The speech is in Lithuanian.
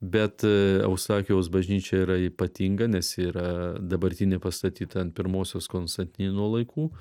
bet eustachijaus bažnyčia yra ypatinga nes yra dabartinė pastatyta ant pirmosios konstantino laikų